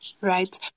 right